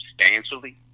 substantially